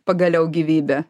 pagaliau gyvybę